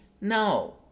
No